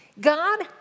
God